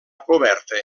coberta